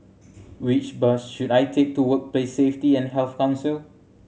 which bus should I take to Workplace Safety and Health Council